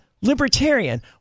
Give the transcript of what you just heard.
libertarian